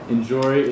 Enjoy